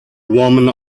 woman